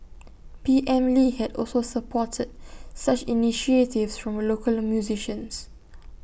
P M lee had also supported such initiatives these local musicians